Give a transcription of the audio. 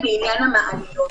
בעניין המעליות.